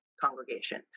congregation